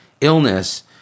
illness